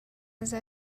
نظر